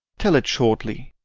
tell it shortly.